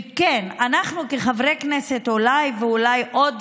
וכן, אנחנו, כחברי כנסת, אולי, ואולי עוד